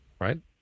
right